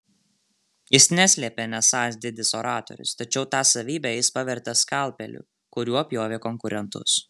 jis neslėpė nesąs didis oratorius tačiau tą savybę jis pavertė skalpeliu kuriuo pjovė konkurentus